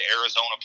Arizona